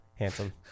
Handsome